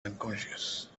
unconscious